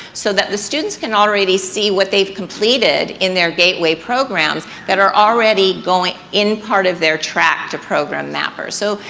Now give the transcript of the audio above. so that the students can already see what they've completed in their gateway programs that are already going in part of their track to program mapper. so,